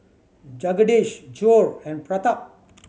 Jagadish Choor and Pratap